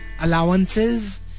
Allowances